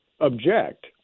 object